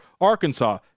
Arkansas